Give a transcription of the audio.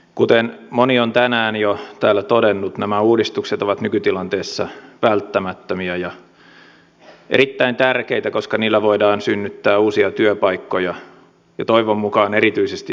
kuten moni on tänään jo täällä todennut nämä uudistukset ovat nykytilanteessa välttämättömiä ja erittäin tärkeitä koska niillä voidaan synnyttää uusia työpaikkoja ja toivon mukaan erityisesti vientiteollisuuteen